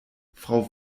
frau